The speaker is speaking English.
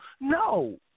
No